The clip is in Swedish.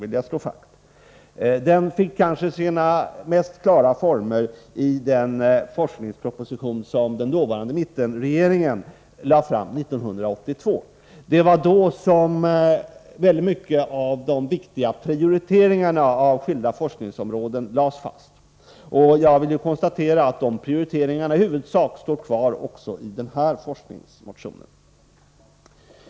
Het Det vill jag slå fast. Men klarast utformad var väl den forskningsproposition som mittenregeringen lade fram 1982. Det var då som väldigt många av de viktiga prioriteringarna av skilda forskningsområden gjordes. Jag kan konstatera att de prioriteringarna i huvudsak gäller även för den av oss väckta motionen om forskningen.